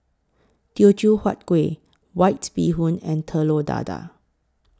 Teochew Huat Kueh White Bee Hoon and Telur Dadah